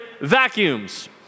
vacuums